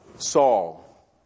Saul